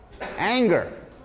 anger